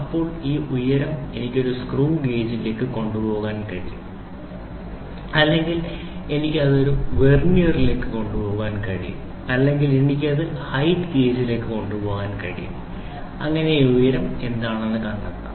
ഇപ്പോൾ ഈ ഉയരം എനിക്ക് ഒരു സ്ക്രൂ ഗേജിലേക്ക് കൊണ്ടുപോകാൻ കഴിയും അല്ലെങ്കിൽ എനിക്ക് അത് ഒരു വെർനിയറിലേക്ക് കൊണ്ടുപോകാൻ കഴിയും അല്ലെങ്കിൽ എനിക്ക് അത് ഹയിറ്റ് ഗേജിലേക്ക് കൊണ്ടുപോകാൻ കഴിയും അങ്ങനെ ഈ ഉയരം എന്താണെന്ന്കണ്ടെത്താം